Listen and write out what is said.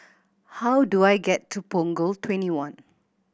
how do I get to Punggol Twenty one